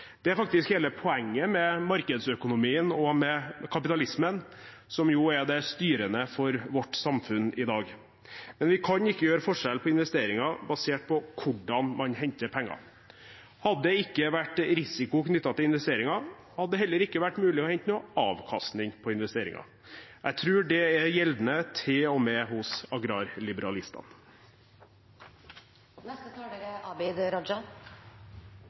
er faktisk hele poenget med markedsøkonomien og med kapitalismen, som jo er det styrende for vårt samfunn i dag. Men vi kan ikke gjøre forskjell på investeringer basert på hvordan man henter penger. Hadde det ikke vært risiko knyttet til investeringene, hadde det heller ikke vært mulig å hente noen avkastning på investeringene. Jeg tror det er gjeldende til og med hos agrarliberalistene. Crowdfunding, eller folkefinansiering, er